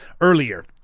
earlier